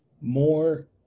more